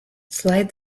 slide